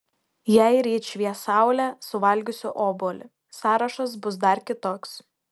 jei ryt švies saulė suvalgysiu obuolį sąrašas bus dar kitoks